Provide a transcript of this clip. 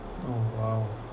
oh !wow!